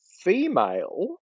female